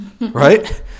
right